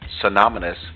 synonymous